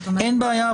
אין בעיה.